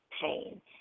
pain